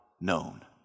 known